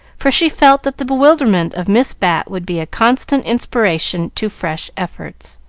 for she felt that the bewilderment of miss bat would be a constant inspiration to fresh efforts.